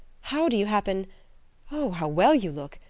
how do you happen oh! how well you look!